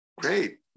Great